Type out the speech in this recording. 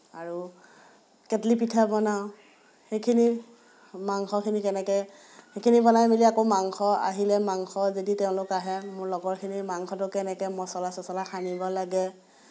আৰু কেটলী পিঠা বনাওঁ সেইখিনি মাংসখিনি কেনেকৈ সেইখিনি বনাই মেলি আকৌ মাংস আহিলে মাংস যদি তেওঁলোক আহে মোৰ লগৰখিনি মাংসটো কেনেকৈ মছলা চছলা সানিব লাগে